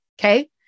Okay